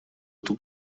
эту